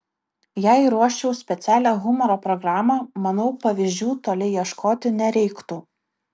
jei ruoščiau specialią humoro programą manau pavyzdžių toli ieškoti nereiktų